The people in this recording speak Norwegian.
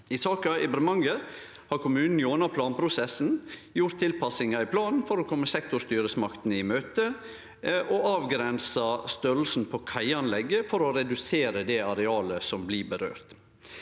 I saka i Bremanger har kommunen gjennom planprosessen gjort tilpassingar i planen for å kome sektorstyresmaktene i møte, og avgrensa størrelsen på kaianlegget for å redusere det arealet som blir påverka.